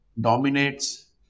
dominates